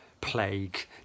Plague